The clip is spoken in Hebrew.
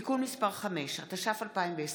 (תיקון מס' 5), התש"ף 2020,